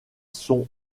sont